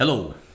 Hello